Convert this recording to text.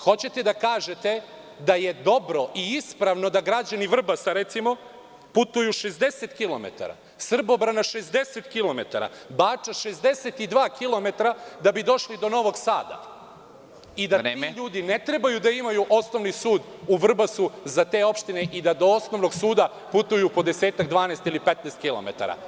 Hoćete da kažete da je dobro i ispravno da građani Vrbasa, recimo, putuju 60 km, Srbobrana 60 km, Bača 62 km, da bi došli do Novog Sada … (Predsednik: Vreme.) … i da ti ljudi ne trebaju da imaju osnovni sud u Vrbasu za te opštine i da do osnovnog suda putuju po desetak, 12 ili 15 km?